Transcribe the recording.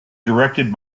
directed